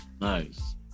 Nice